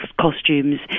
costumes